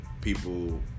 people